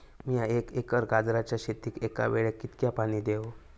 मीया एक एकर गाजराच्या शेतीक एका वेळेक कितक्या पाणी देव?